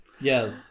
Yes